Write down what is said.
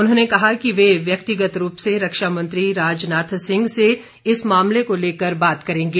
उन्होंने कहा कि वे व्यक्तिगत रूप से रक्षा मंत्री राजनाथ सिंह से इस मामले को लेकर बात करेंगे